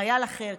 חייל אחר,